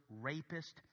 rapist